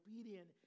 obedient